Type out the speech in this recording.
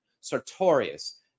sartorius